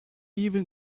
even